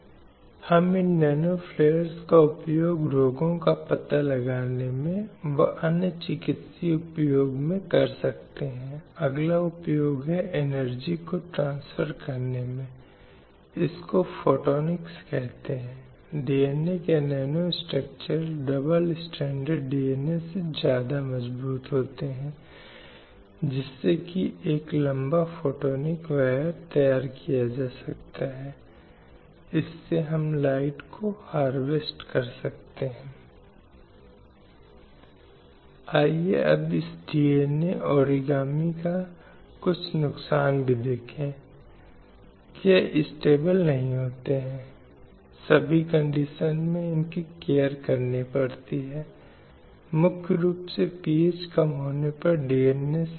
इसलिए यह बहुत महत्वपूर्ण है कि यह विभिन्न दृष्टिकोणों विभिन्न मूल्यों से संबंधित है आप विभिन्न प्रथाओं को जानते हैं विभिन्न प्रथाओं को जन्म देते हैं जिससे यह लड़के और लड़की के बीच अंतर करता है और लड़कियों के लिए कुछ अपमानजनक प्रथाओं का पालन होता है बस जैसा कि हमने कहा कि महिला जननांग विकृति का उदाहरण है जो युवा लड़कियों पर निर्भर हैं